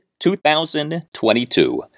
2022